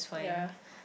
yea